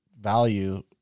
value